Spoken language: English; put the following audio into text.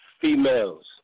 females